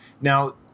Now